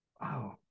wow